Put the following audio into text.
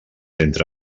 entre